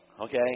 Okay